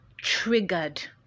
triggered